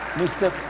mr.